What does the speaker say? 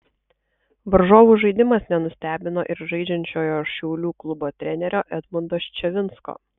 varžovų žaidimas nenustebino ir žaidžiančiojo šiaulių klubo trenerio edmundo ščavinsko